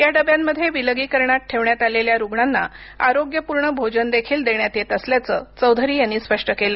या डब्यांमध्ये विलगीकरणात ठेवण्यात आलेल्या रुग्णांना आरोग्यपूर्ण भोजनदेखील देण्यात येत असल्याचं चौधरी यांनी स्पष्ट केलं